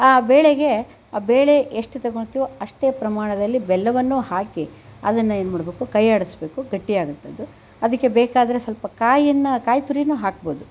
ಆ ಬೇಳೆಗೆ ಆ ಬೇಳೆ ಎಷ್ಟು ತಗೋತೀವೊ ಅಷ್ಟೇ ಪ್ರಮಾಣದಲ್ಲಿ ಬೆಲ್ಲವನ್ನು ಹಾಕಿ ಅದನ್ನು ಏನು ಮಾಡಬೇಕು ಕೈಯ್ಯಾಡಿಸಬೇಕು ಗಟ್ಟಿಯಾಗ್ತದದು ಅದಕ್ಕೆ ಬೇಕಾದರೆ ಸ್ವಲ್ಪ ಕಾಯಿಯನ್ನು ಕಾಯಿ ತುರಿಯನ್ನು ಹಾಕ್ಬಹುದು